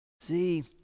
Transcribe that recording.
See